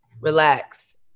relax